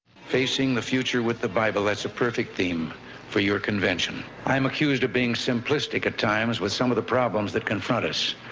facing the future with the bible, that's a perfect theme for your convention. i'm accused of being simplistic at times with some of the problems that confront us.